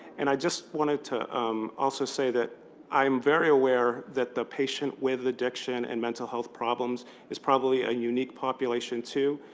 and i just wanted to also say that i am very aware that the patient with addiction and mental health problems is probably a unique population too.